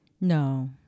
No